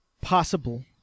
Possible